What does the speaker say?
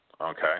Okay